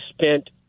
spent